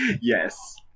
Yes